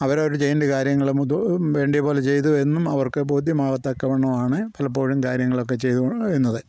അവരവര് ചെയ്യേണ്ട്യ കാര്യങ്ങളും ഉദു വേണ്ടിയ പോല ചെയ്തു എന്നും അവർക്ക് ബോധ്യമാവത്തക്കവണ്ണമാണ് പലപ്പോഴും കാര്യങ്ങളൊക്കെ ചെയ്തുവരുന്നത്